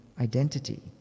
identity